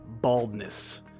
baldness